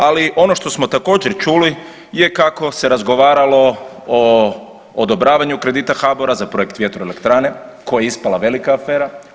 Ali ono što smo također čuli je kako se razgovaralo o odobravanju kredita HBOR-a za projekt vjetroelektrane koji je ispala velika afera.